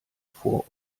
vor